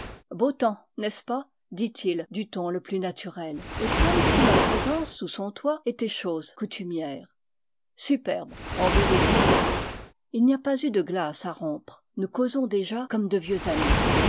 beau temps n'est-ce pas dit-il du ton le plus naturel et comme si ma présence sous son toit était chose coutumière superbe en vérité il n'y a pas eu de glace à rompre nous causons déjà comme de vieux amis